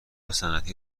صنعتی